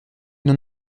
n’en